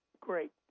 great